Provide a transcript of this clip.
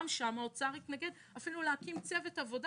גם שם האוצר התנגד אפילו להקים צוות עבודה